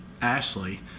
Ashley